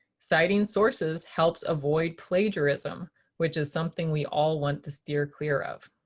citing sources helps avoid plagiarism which is something we all want to steer clear of.